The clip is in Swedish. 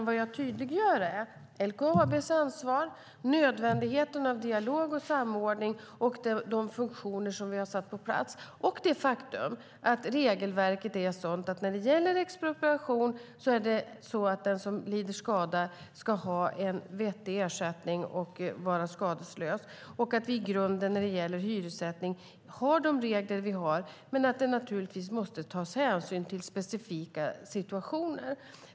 Vad jag tydliggör är LKAB:s ansvar, nödvändigheten av dialog och samordning, de funktioner som vi har satt på plats och det faktum att regelverket när det gäller expropriation är sådant att den som lider skada ska ha en vettig ersättning och vara skadeslös. När det gäller hyressättning har vi i grunden de regler vi har, men naturligtvis måste det tas hänsyn till specifika situationer.